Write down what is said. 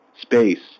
space